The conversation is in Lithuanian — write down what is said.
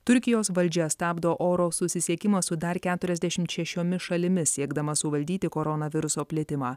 turkijos valdžia stabdo oro susisiekimą su dar keturiasdešimt šešiomis šalimis siekdama suvaldyti koronaviruso plitimą